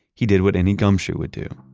he did what any gumshoe would do,